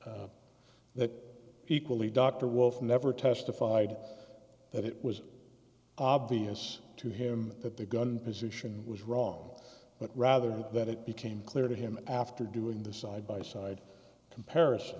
out that equally dr wolfe never testified that it was obvious to him that the gun position was wrong but rather than that it became clear to him after doing the side by side comparis